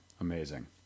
Amazing